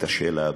ושאלה,